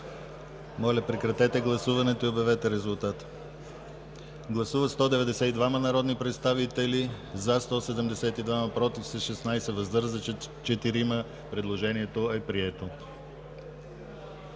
Моля, прекратете гласуването и обявете резултат. Гласували 196 народни представители: за 105, против 87, въздържали се 4. Предложението е прието.